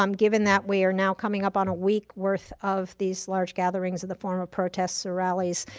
um given that we are now coming up on a week worth of these large gatherings of the form of protests or rallies.